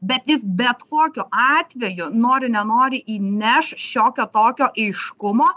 bet jis bet kokiu atveju nori nenori įneš šiokio tokio aiškumo